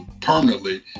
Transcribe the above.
permanently